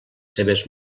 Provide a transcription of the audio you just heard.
seves